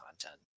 content